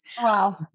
Wow